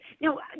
No